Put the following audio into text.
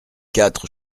quatre